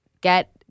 get